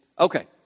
Okay